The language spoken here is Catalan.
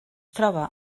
troba